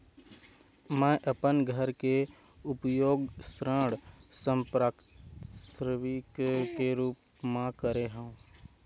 मै अपन घर के उपयोग ऋण संपार्श्विक के रूप मा करे हव